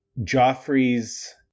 Joffrey's